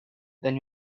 then